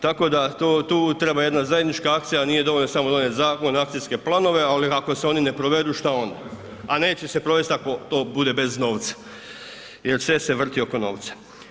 Tako da tu treba jedna zajednička akcija, a nije dovoljno samo donijeti zakon, akcijske planove ali ako se oni ne provedu šta onda, a neće se provesti ako to bude bez novca jer sve se vrti oko novca.